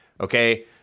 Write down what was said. Okay